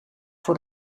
voor